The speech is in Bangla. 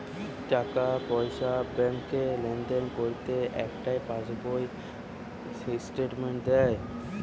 টাকা পয়সা ব্যাংকে লেনদেন করলে একটা পাশ বইতে স্টেটমেন্ট দেয়